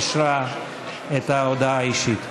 אישרה את ההודעה האישית.